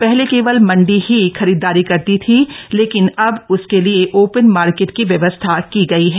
पहले केवल मण्डी ही खरीदारी करती थी लेकिन अब उसके लिए ओपन मार्केट की व्यवस्था की गई है